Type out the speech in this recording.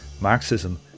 Marxism